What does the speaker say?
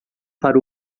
para